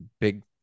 Big